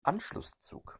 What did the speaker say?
anschlusszug